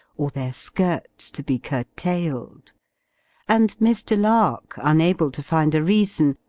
or their skirts to be curtailed and mr. lark, unable to find a reason,